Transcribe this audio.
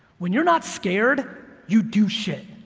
when you're not scared, you do shit.